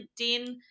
LinkedIn